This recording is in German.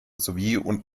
sowie